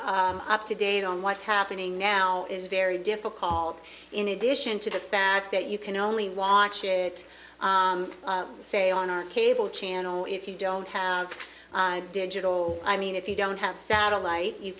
keep up to date on what's happening now is very difficult in addition to the fact that you can only watch it say on our cable channel if you don't have digital i mean if you don't have satellite you